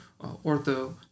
ortho